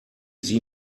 sie